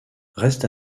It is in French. reste